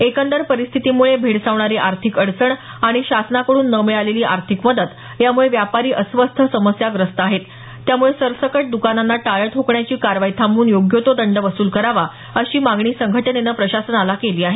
एकंदर परिस्थितीमुळे भेडसावणारी आर्थिंक अडचण आणि शासनाकडून न मिळालेली आर्थिक मदत यामुळे व्यापारी अस्वस्थ समस्याग्रस्त आहेत त्यामुळे सरसकट दुकानांना टाळं ठोकण्याची कारवाई थांबवून योग्य तो दंड वसुल करावा अशी मागणी संघटनेनं प्रशासनाला केली आहे